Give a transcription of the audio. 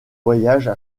voyages